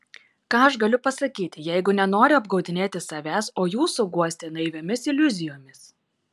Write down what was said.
ką aš galiu pasakyti jeigu nenoriu apgaudinėti savęs o jūsų guosti naiviomis iliuzijomis